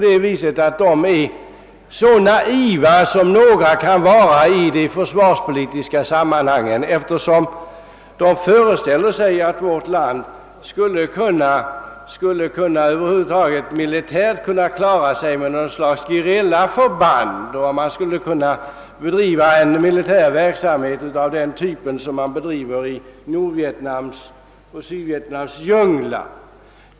Dess talesmän är så naiva som någon kan vara i de försvarspolitiska sammanhangen, när de föreställer sig att vårt land över huvud taget skulle kunna klara sig militärt med något slags gerillaförband, att vi alltså skulle kunna bedriva militär verksamhet av samma typ som i Nordvietnams och Sydvietnams djungler.